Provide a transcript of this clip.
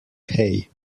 hay